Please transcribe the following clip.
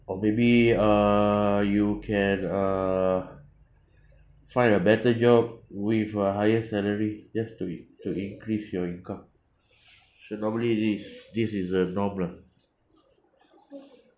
or maybe uh you can uh find a better job with a higher salary just to in~ to increase your income so normally this this is a norm lah